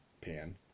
pan